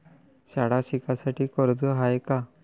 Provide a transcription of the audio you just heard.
शाळा शिकासाठी कर्ज हाय का?